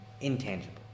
intangible